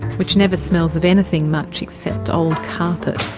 which never smells of anything much except old carpet.